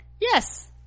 Yes